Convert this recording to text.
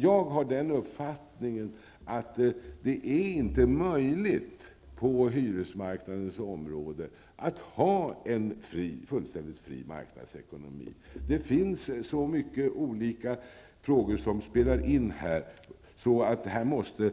Jag anser inte att det är möjligt att på hyresmarknadens område ha en fullständigt fri marknadsekonomi. Det finns så mycket olika saker som spelar in att lagstiftningen måste